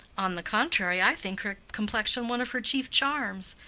on the contrary, i think her complexion one of her chief charms.